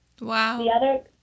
Wow